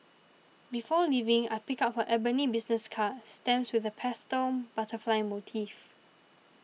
before leaving I pick up her ebony business card stamped with a pastel butterfly motif